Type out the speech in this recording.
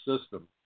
system